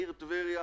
העיר טבריה